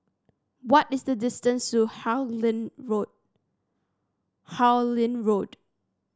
what is the distance to Harlyn Road